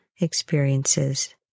experiences